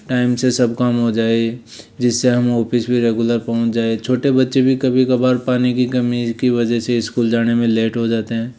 time से सब काम हो जाए जिससे हम ऑफिस भी रेगुलर पहुँच जाएँ छोटे बच्चे भी कभी कभार पानी की कमी की वजह से स्कूल जाने में लेट हो जाते हैं